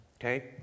Okay